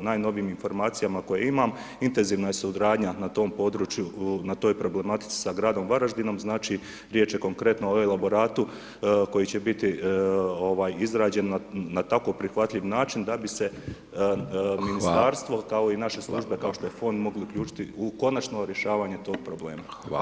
najnovijim informacijama koje imam intenzivna je suradnja na tom području, na toj problematici sa gradom Varaždinom, znači riječ je konkretno o elaboratu koji će biti ovaj izrađen na tako prihvatljiv način da bi se ministarstvo [[Upadica: Hvala.]] kao i naše službe kao što je fond mogli uključiti u konačno rješavanje tog problema.